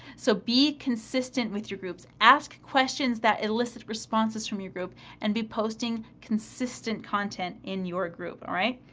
so, be consistent with your groups. ask questions that elicit responses from your group and be posting consistent content in your group, alright?